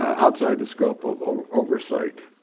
outside the scope of oversight,